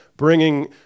bringing